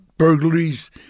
Burglaries